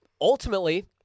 Ultimately